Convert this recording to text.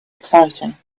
exciting